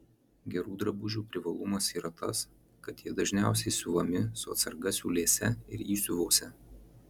gerų drabužių privalumas yra tas kad jie dažniausiai siuvami su atsarga siūlėse ir įsiuvuose